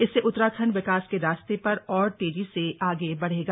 इससे उत्तराखण्ड विकास के रास्ते पर और तेजी से आगे बढ़ेगा